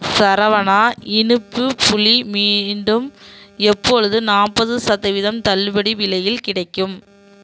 சரவணா இனிப்பு புளி மீண்டும் எப்பொழுது நாற்பது சதவீதம் தள்ளுபடி விலையில் கிடைக்கும்